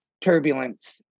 turbulence